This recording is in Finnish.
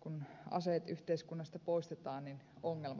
kun aseet yhteiskunnasta poistetaan ongelmat poistuvat